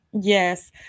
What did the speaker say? Yes